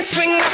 Swing